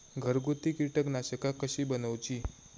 घरगुती कीटकनाशका कशी बनवूची?